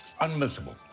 unmissable